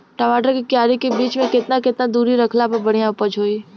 टमाटर के क्यारी के बीच मे केतना केतना दूरी रखला पर बढ़िया उपज होई?